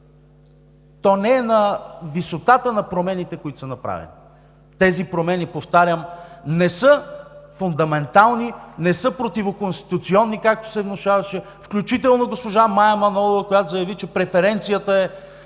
то не е на висотата на промените, които са направени. Тези промени, повтарям, не са фундаментални, не са противоконституционни, както се внушаваше. Включително госпожа Мая Манолова, която заяви, че преференцията е